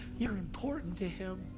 you're important to him.